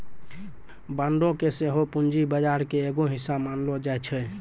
बांडो के सेहो पूंजी बजार के एगो हिस्सा मानलो जाय छै